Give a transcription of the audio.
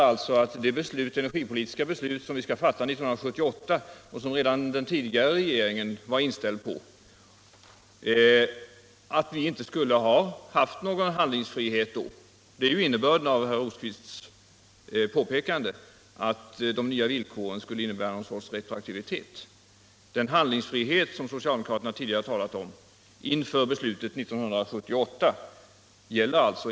Men i så fall skulle ju det energipolitiska beslut som riksdagen skall fatta 1978 — något som även den förra regeringen var inställd på — inte medge någon handlingsfrihet. Den handlingsfrihet som socialdemokraterna tidigare talade om har alltså inte förelegat.